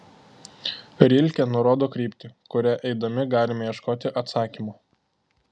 rilke nurodo kryptį kuria eidami galime ieškoti atsakymo